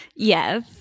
Yes